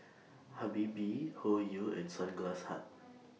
Habibie Hoyu and Sunglass Hut